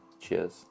cheers